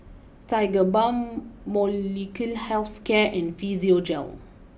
Tiger Balm Molnylcke health care and Physiogel